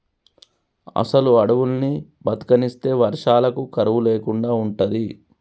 అసలు అడువుల్ని బతకనిస్తే వర్షాలకు కరువు లేకుండా ఉంటది